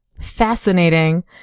Fascinating